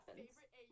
favorite